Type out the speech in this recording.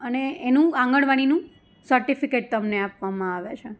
અને એનું આંગણવાડીનું સર્ટિફિકેટ તમને આપવામાં આવે છે